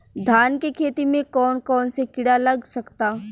धान के खेती में कौन कौन से किड़ा लग सकता?